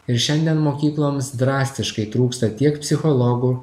ir šiandien mokykloms drastiškai trūksta tiek psichologų